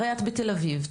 הרי את בתל אביב,